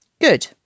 Good